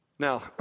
Now